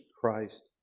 Christ